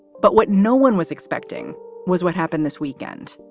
but what no one was expecting was what happened this weekend,